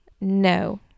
No